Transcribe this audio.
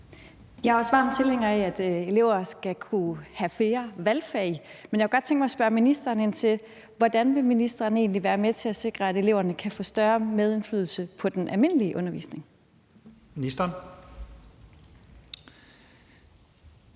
Jeg er også varm tilhænger af, at elever skal kunne have flere valgfag. Men jeg kunne godt tænke mig at spørge ministeren ind til: Hvordan vil ministeren egentlig være med til at sikre, at eleverne kan få større medindflydelse på den almindelige undervisning? Kl.